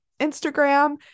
Instagram